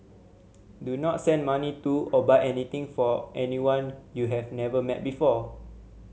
do not send money to or buy anything for anyone you have never met before